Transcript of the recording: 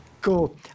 Cool